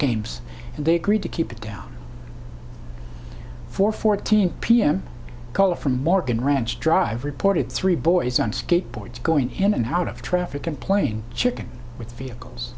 games and they agreed to keep it down for fourteen p m call from morgan ranch drive reported three boys on skateboards going in and out of traffic and playing chicken with vehicles